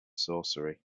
sorcery